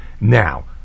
Now